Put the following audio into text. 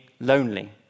lonely